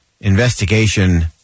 investigation